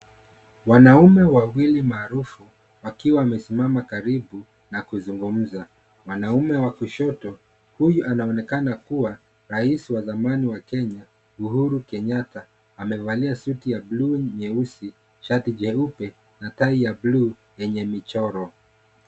Wanaume wawili maarufu, wakiwa wamesimama karibu na kuzungumza, mwanaume wa kushoto ,huyu anaonekana kuwa, rais wa zamani wa Kenya, Uhuru Kenyatta, amevalia suti ya (cs)blue(cs) nyeusi, shati jeupe, na tai ya (cs)blue(cs) yenye michoro.